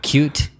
Cute